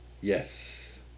Yes